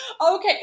Okay